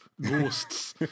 Ghosts